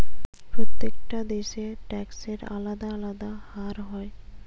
প্রত্যেকটা দেশে ট্যাক্সের আলদা আলদা হার হয়